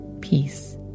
peace